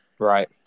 right